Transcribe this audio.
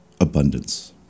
abundance